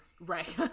right